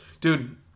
Dude